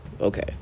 Okay